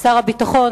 שר הביטחון,